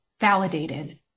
validated